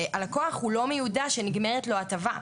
והלקוח הוא לא מיודע שנגמרת לו ההטבה.